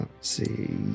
see